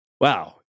Wow